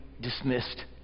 dismissed